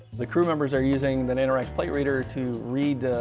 the crew members are using the nanoracks plate reader to read, ah,